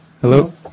Hello